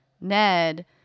Ned